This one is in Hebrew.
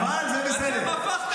אבל זה בסדר.